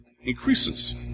increases